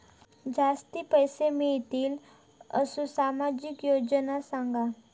जास्ती पैशे मिळतील असो सामाजिक योजना सांगा?